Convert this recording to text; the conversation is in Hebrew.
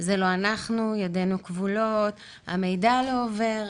זה לא אנחנו, ידינו כבולות, המידע לא עובר.